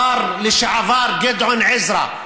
השר לשעבר גדעון עזרא,